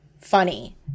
funny